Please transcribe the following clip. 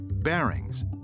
Bearings